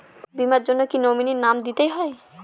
বীমার জন্য কি নমিনীর নাম দিতেই হবে?